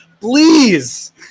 Please